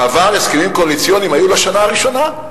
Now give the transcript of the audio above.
בעבר, הסכמים קואליציוניים היו לשנה הראשונה.